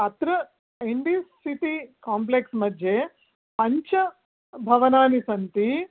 अत्र Indi city complex मध्ये पञ्च भवनानि सन्ति